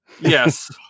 Yes